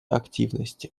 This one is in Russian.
активности